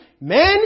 men